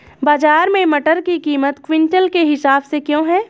बाजार में मटर की कीमत क्विंटल के हिसाब से क्यो है?